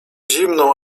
zimną